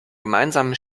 gemeinsamen